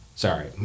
sorry